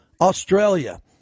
Australia